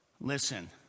Listen